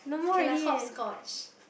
can like hopscotch